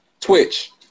Twitch